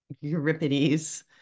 Euripides